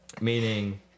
meaning